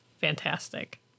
fantastic